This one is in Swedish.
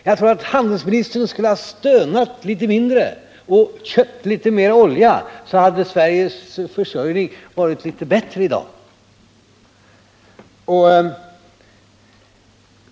Jag tror att handelsministern skulle ha stönat litet mindre och köpt litet mer olja — då hade Sveriges läge vad avser oljeförsörjningen varit litet bättre i dag.